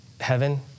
heaven